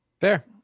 fair